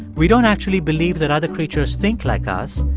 we don't actually believe that other creatures think like us,